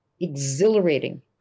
exhilarating